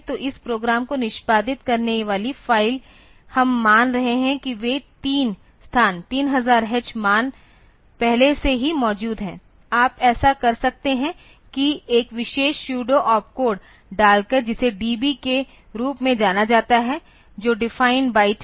तो इस प्रोग्राम को निष्पादित करने वाली फाइल हम मान रहे हैं कि वे 3 स्थान 3000 h मान पहले से ही मौजूद हैं आप ऐसा कर सकते हैं कि एक विशेष सुएडो ऑप कोड डालकर जिसे DB के रूप में जाना जाता है जो डिफाइन बाइट है